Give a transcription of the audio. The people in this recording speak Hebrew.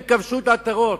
הם כבשו את עטרות.